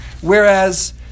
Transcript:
whereas